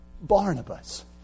Barnabas